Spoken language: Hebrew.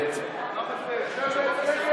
ההצעה להסיר